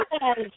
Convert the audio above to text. Yes